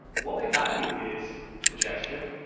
what they value is the gesture,